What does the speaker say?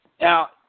Now